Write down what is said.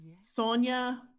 Sonia